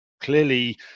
clearly